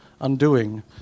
undoing